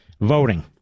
voting